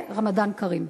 רמדאן כרים.